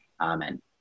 Amen